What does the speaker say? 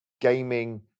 gaming